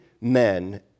men